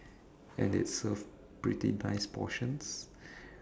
and it served pretty nice portions